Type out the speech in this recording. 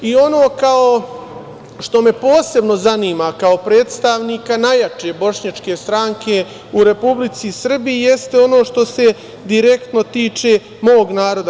Ono što me posebno zanima, kao predstavnika najjače bošnjačke stranke u Republici Srbiji, jeste ono što se direktno tiče mog naroda.